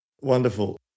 Wonderful